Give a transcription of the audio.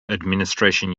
administration